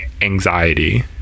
anxiety